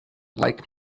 like